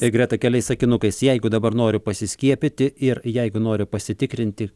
tai greta keliais sakinukais jeigu dabar noriu pasiskiepyti ir jeigu noriu pasitikrinti